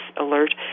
alert